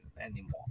anymore